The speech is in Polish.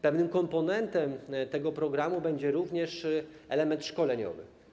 Pewnym komponentem tego programu będzie również element szkoleniowy.